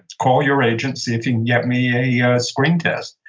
call your agent. see if he can get me a yeah screen test.